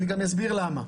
גם אסביר למה.